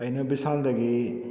ꯑꯩꯅ ꯚꯤꯁꯥꯜꯗꯒꯤ